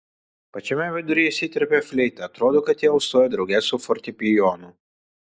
pačiame viduryje įsiterpia fleita atrodo kad ji alsuoja drauge su fortepijonu